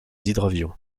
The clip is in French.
hydravions